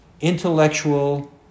intellectual